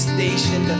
Station